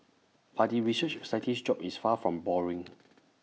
but the research scientist's job is far from boring